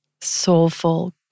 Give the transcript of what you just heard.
soulful